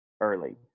early